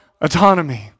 autonomy